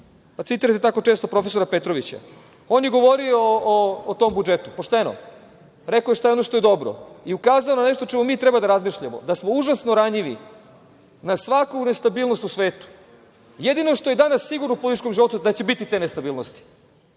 pa citirate tako često profesora Petrovića, on je govorio o tom budžetu pošteno, rekao je šta je ono što je dobro i ukazao na nešto o čemu mi treba da razmišljamo, da smo užasno ranjivi na svaku nestabilnost u svetu, jedino što je danas sigurno u političkom životu je da će biti te nestabilnosti.